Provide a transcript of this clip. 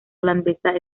holandesa